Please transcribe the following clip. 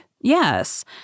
Yes